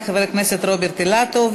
תודה רבה לחבר הכנסת רוברט אילטוב.